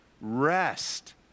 Rest